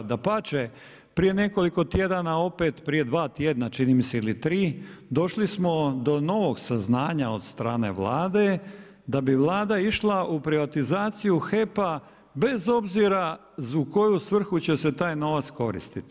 Dapače, prije nekoliko tjedana opet, prije dva tjedna čini mi se ili tri došli smo do novog saznanja od strane Vlade da bi Vlada išla u privatizaciju HEP-a bez obzira u koju svrhu će se taj novac koristiti.